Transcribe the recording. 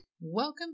welcome